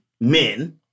men